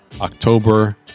October